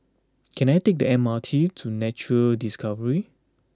can I take the M R T to Nature Discovery